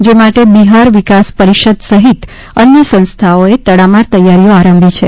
જે માટે બિહાર વિકાસ પરિષદ સહિત અન્ય સંસ્થાઓએ તડામાર તૈયારીઓ આરંભી છે